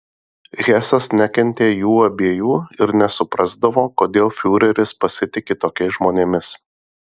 hesas nekentė jų abiejų ir nesuprasdavo kodėl fiureris pasitiki tokiais žmonėmis